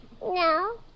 No